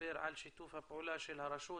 והסבר על שיתוף הפעולה של הרשות